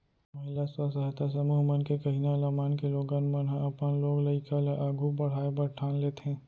महिला स्व सहायता समूह मन के कहिना ल मानके लोगन मन ह अपन लोग लइका ल आघू पढ़ाय बर ठान लेथें